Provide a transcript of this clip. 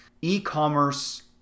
e-commerce